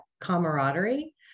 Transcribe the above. camaraderie